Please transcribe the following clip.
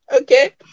Okay